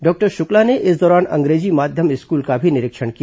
doctor Shukla ने इस दौरान अंग्रेजी माध्यम स्कूल का भी निरीक्षण किया